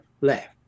left